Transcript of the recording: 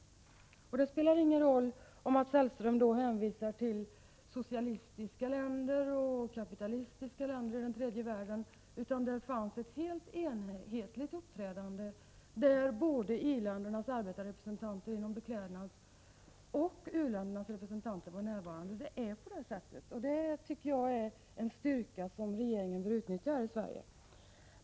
Det spelar ingen roll om Mats Hellström då hänvisar till socialistiska länder och kapitalistiska länder i den tredje världen. Det var ett enhetligt uppträdande, varvid både i-ländernas arbetarrepresentanter inom beklädnadsområdet och u-ländernas representanter var närvarande. Det är på det sättet, och det tycker jag är en styrka som regeringen bör utnyttja här i Sverige.